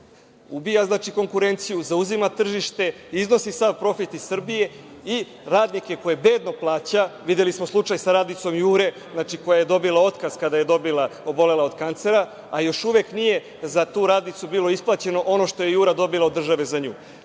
znači, konkurenciju, zauzima tržište, iznosi sav profit iz Srbije i radnike koje bedno plaća, videli smo slučaj sa radnicom „Jure“ koja je dobila otkaz kada je obolela od kancera, a još uvek nije za tu radnicu bilo isplaćeno ono što je „Jura“ dobila od države za nju.